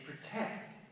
protect